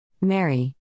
Mary